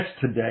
today